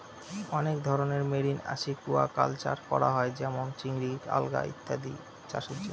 অনেক ধরনের marine aquaculture করা হয় যেমন চিংড়ি, আলগা ইত্যাদি চাষের জন্য